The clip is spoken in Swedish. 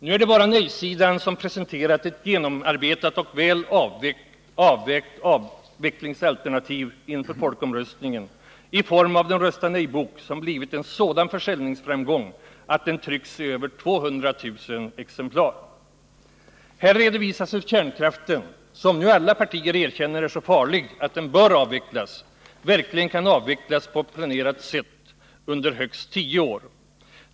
Nu är det bara nej-sidan som presenterat ett genomarbetat och väl avvägt avvecklingsalternativ inför folkomröstningen, i form av den Rösta nej-bok som blivit en sådan försäljningsframgång att den tryckts i över 200 000 exemplar. Här redovisas hur kärnkraften, som alla partier nu erkänner är så farlig att den bör avvecklas, verkligen kan avvecklas på ett planerat sätt under högst tio år.